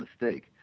mistake